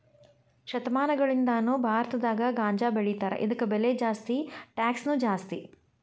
ಶತಮಾನಗಳಿಂದಾನು ಭಾರತದಾಗ ಗಾಂಜಾಬೆಳಿತಾರ ಇದಕ್ಕ ಬೆಲೆ ಜಾಸ್ತಿ ಟ್ಯಾಕ್ಸನು ಜಾಸ್ತಿ